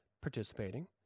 Participating